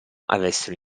avessero